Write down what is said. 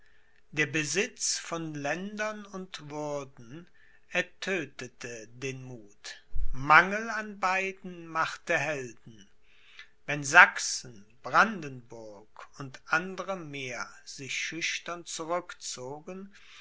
der besitz von ländern und würden ertödtete den muth mangel an beiden machte helden wenn sachsen brandenburg u a m sich schüchtern zurückzogen